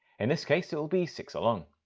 in this case it will be six along.